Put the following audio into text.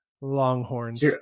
Longhorns